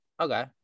Okay